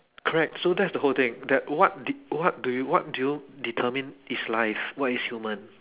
correct so that's the whole thing that what did what do you what do you determine is life what is human